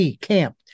Camp